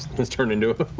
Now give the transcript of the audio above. this turned into,